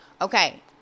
okay